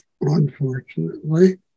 unfortunately